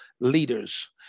leaders